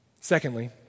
Secondly